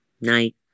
night